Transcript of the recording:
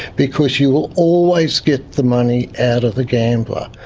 because you will always get the money out of the gambler.